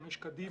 משתמש קדימה.